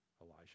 Elijah